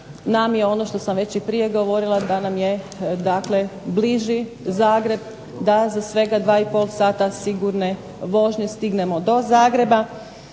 nam je ono što sam već i prije govorila da nam je dakle bliži Zagreb. Da za svega 2,5 sata sigurne vožnje stignemo do Zagreba